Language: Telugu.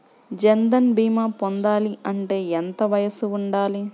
జన్ధన్ భీమా పొందాలి అంటే ఎంత వయసు ఉండాలి?